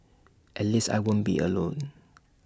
at least I won't be alone